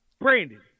Brandon